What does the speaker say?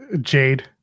Jade